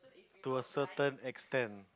to a certain extent